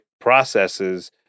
processes